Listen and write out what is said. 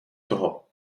toho